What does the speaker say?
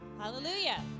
Hallelujah